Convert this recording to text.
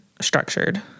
structured